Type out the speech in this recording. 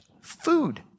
Food